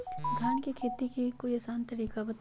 धान के खेती के कोई आसान तरिका बताउ?